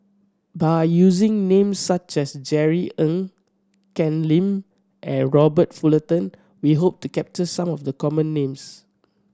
by using names such as Jerry Ng Ken Lim and Robert Fullerton we hope to capture some of the common names